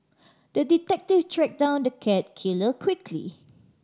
the detective tracked down the cat killer quickly